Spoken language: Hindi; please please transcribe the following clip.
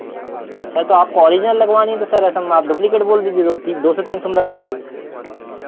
सर तो आपको ऑरिजनल लगवानी है तो सर ऐसा आप डुप्लीकेट बोल दीजिए तो दो तीन दो से तीन सौ में लग जाएगी